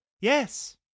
Yes